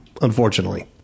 Unfortunately